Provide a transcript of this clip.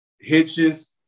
hitches